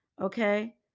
okay